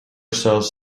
cells